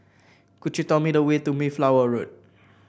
could you tell me the way to Mayflower Road